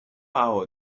hour